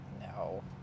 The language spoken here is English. no